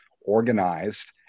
organized